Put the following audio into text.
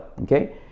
Okay